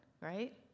right